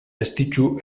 estitxu